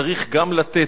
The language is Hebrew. צריך גם לתת.